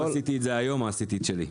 אם עשיתי את זה היום, עשיתי את שלי.